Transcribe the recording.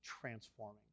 transforming